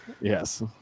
Yes